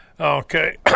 Okay